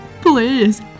Please